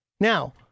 Now